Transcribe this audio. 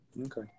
okay